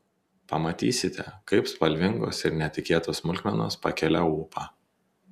pamatysite kaip spalvingos ir netikėtos smulkmenos pakelia ūpą